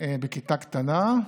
בכיתה קטנה.